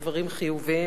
דברים חיוביים,